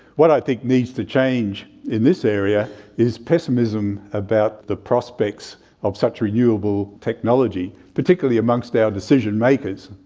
what i think needs to change in this area is pessimism about the prospects of such renewable technology, particularly amongst our decision makers.